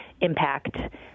impact